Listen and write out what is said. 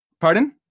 pardon